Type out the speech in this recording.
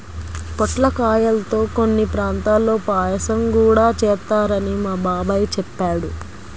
పొట్లకాయల్తో కొన్ని ప్రాంతాల్లో పాయసం గూడా చేత్తారని మా బాబాయ్ చెప్పాడు